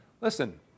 Listen